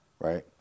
right